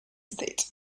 state